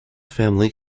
family